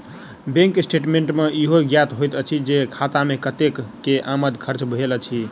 bank statement सॅ ईहो ज्ञात होइत अछि जे खाता मे कतेक के आमद खर्च भेल अछि